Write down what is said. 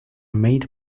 made